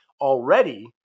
already